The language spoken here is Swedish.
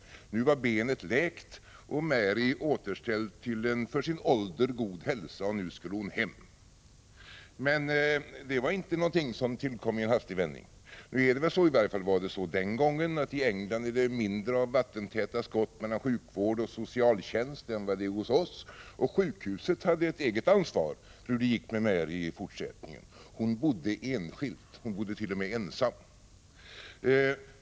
Nu var benet läkt och Mary återställd till en för sin ålder god hälsa. Nu skulle hon hem. Men det var inte någonting som tillkom i en hastig vändning. Det är väl så — i varje fall var det så den gången — att det i England är mindre av vattentäta skott mellan sjukvård och socialtjänst än vad det är hos oss, och sjukhuset hade ett eget ansvar för hur det gick med Mary i fortsättningen. Hon bodde enskilt. Hon bodde t.o.m. ensam.